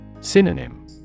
Synonym